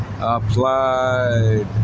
applied